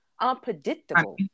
unpredictable